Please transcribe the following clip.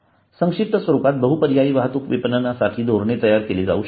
संक्षिप्त स्वरूपात बहुपर्यायी वाहतूक विपणनासाठी धोरणे तयार केली जाऊ शकतात